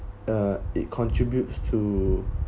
uh it contributes to